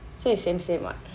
so it's same same what